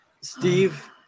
Steve